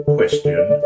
Question